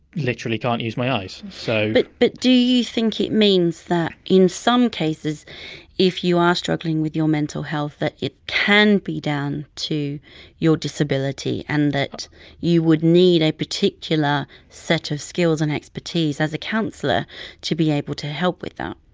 literally can't use my eyes. so but but do you think it means that in some cases if you are struggling with your mental health that it can be down to your disability and that you would need a particular set of skills and expertise as a counsellor to be able to help with that?